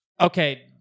Okay